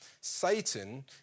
Satan